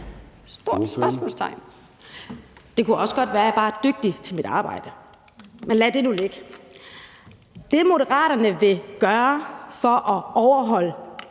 Det kunne også godt være, at jeg bare er dygtig til mit arbejde. Men lad det nu ligge. Det, Moderaterne vil gøre for at sikre,